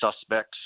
suspects